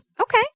Okay